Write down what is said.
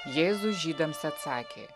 jėzus žydams atsakė